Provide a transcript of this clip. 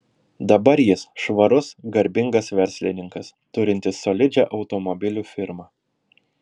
dabar jis švarus garbingas verslininkas turintis solidžią automobilių firmą